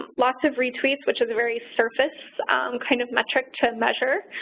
lots of retweets, which is a very surface kind of metric to measure.